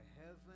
heaven